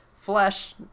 flesh